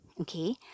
okay